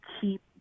keep